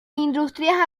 industrias